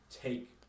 take